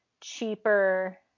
cheaper